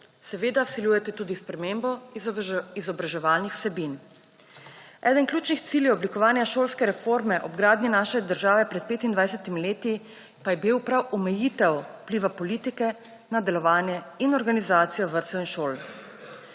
Seveda vsiljujete tudi spremembo izobraževalnih vsebin. Eden ključnih ciljev oblikovanja šolske reforme ob gradnji naše države pred 25-imi leti pa je bil prav omejitev vpliva politike na delovanje in organizacijo vrtcev in šol.